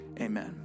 Amen